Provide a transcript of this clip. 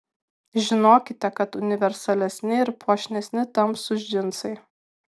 žinokite kad universalesni ir puošnesni tamsūs džinsai